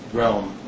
realm